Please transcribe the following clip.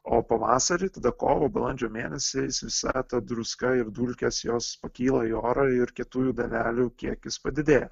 o pavasarį tada kovo balandžio mėnesiais visa ta druska ir dulkės jos pakyla į orą ir kietųjų dalelių kiekis padidėja